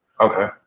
okay